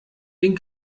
den